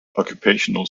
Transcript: occupational